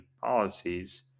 policies